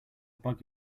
bug